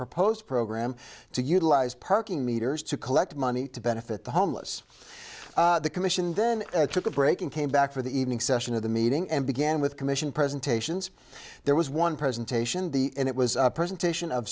proposed program to utilize parking meters to collect money to benefit the homeless the commission then took a break and came back for the evening session of the meeting and began with commission presentations there was one presentation the it was a presentation of